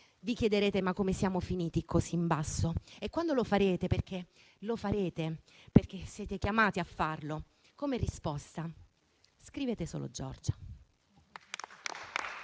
vi chiederete: ma come siamo finiti così in basso? E quando lo farete, perché lo farete, in quanto sarete chiamati a farlo, come risposta scrivete solo «Giorgia».